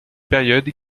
période